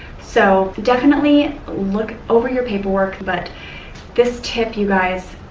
so definitely look over your paperwork, but this tip you guys.